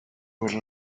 will